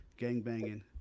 gangbanging